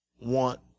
want